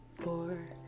four